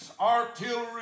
artillery